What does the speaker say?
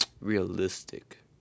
realistic